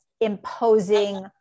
imposing